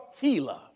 healer